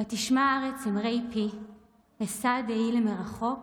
ותשמע הארץ אמרי פי"; "אשא דעי למרחוק